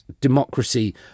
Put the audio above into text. democracy